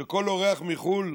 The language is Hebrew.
שכל אורח מחו"ל,